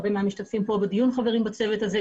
הרבה מהמשתתפים כאן בדיון חברים בצוות הזה,